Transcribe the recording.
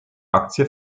aktien